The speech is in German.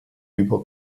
über